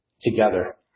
together